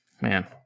Man